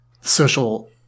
social